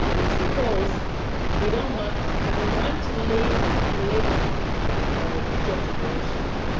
it's because we don't want we want to leave a legacy to our future generations.